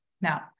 Now